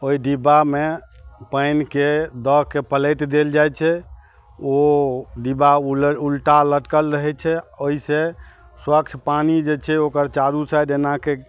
ओहि डिब्बामे पानिके दऽके प्लेट देल जाइ छै ओ डिब्बा उल उल्टा लटकल रहै छै ओहिसे स्वच्छ पानि जे छै ओकर चारू साइड एनाके